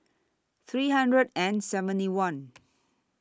three hundred and seventy one